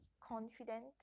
confident